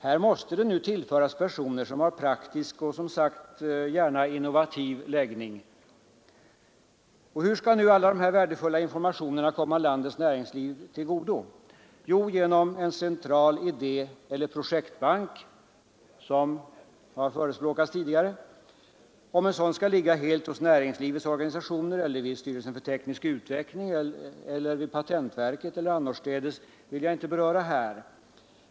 Här måste det tillföras personer som har praktisk och, som sagts, gärna innovativ läggning. Hur skall nu alla dessa värdefulla informationer komma landets näringsliv till godo? Jo, genom en central idé eller projektbank, som har förespråkats tidigare. Om en sådan skall ligga helt hos näringslivets organisationer, hos styrelsen för teknisk utveckling, hos patentverket eller annorstädes vill jag inte beröra här.